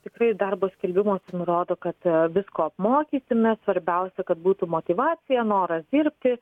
tikrai darbo skelbimuose nurodo kad visko apmokysime svarbiausia kad būtų motyvacija noras dirbti